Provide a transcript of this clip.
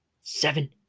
seven